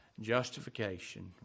Justification